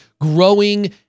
growing